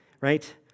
right